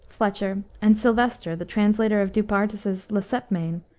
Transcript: fletcher, and sylvester, the translator of du bartas's la sepmaine,